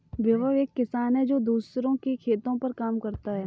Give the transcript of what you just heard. विभव एक किसान है जो दूसरों के खेतो पर काम करता है